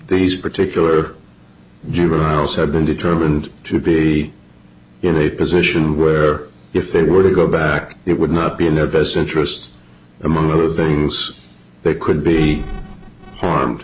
these particular juveniles have been determined to be in a position where if they were to go back it would not be in their best interest among those things they could be harmed